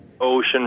ocean